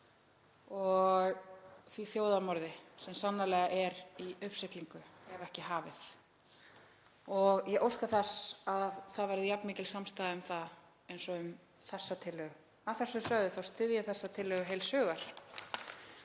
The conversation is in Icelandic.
og því þjóðarmorði sem sannarlega er í uppsiglingu ef það er ekki hafið. Ég óska þess að það verði jafn mikil samstaða um það eins og um þessa tillögu. Að þessu sögðu þá styð ég þessa tillögu heils hugar